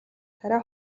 тариа